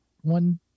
one